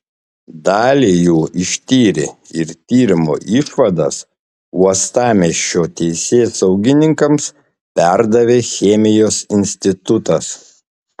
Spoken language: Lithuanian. dalį jų ištyrė ir tyrimo išvadas uostamiesčio teisėsaugininkams perdavė chemijos institutas